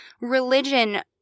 religion